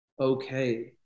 okay